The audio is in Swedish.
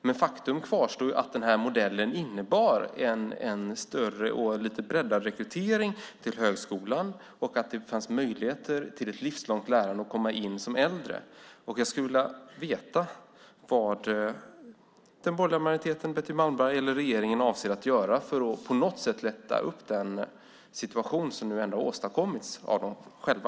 Men faktum kvarstår; modellen innebar en större och lite breddad rekrytering till högskolan. Det fanns möjligheter till ett livslångt lärande och till att komma in som äldre. Jag skulle vilja veta vad den borgerliga majoriteten, Betty Malmberg eller regeringen avser att göra för att på något sätt lätta upp den situation som nu ändå har åstadkommits av dem själva.